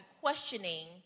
questioning